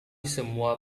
semua